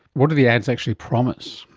what do the ads actually promise?